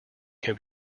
can